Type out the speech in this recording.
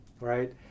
right